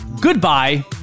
goodbye